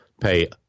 pay